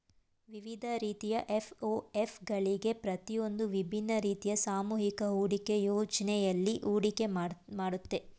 ವಿವಿಧ ರೀತಿಯ ಎಫ್.ಒ.ಎಫ್ ಗಳಿವೆ ಪ್ರತಿಯೊಂದೂ ವಿಭಿನ್ನ ರೀತಿಯ ಸಾಮೂಹಿಕ ಹೂಡಿಕೆ ಯೋಜ್ನೆಯಲ್ಲಿ ಹೂಡಿಕೆ ಮಾಡುತ್ತೆ